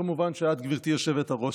כמובן, גברתי היושבת-ראש,